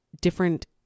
different